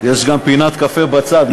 יש גם פינת קפה בצד.